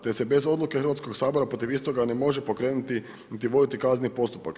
Te se bez odluke Hrvatskog sabora protiv istoga ne može pokrenuti niti voditi kazneni postupak.